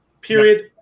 Period